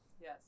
Yes